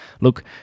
look